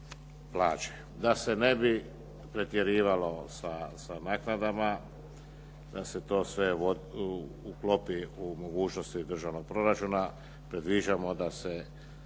Da se ne bi pretjerivalo sa naknadama, da se to sve uklopi u mogućnosti državnog proračuna predviđamo da se